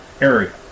area